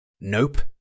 Nope